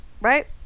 Right